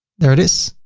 there it is.